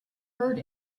heard